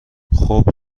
خوب